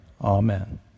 Amen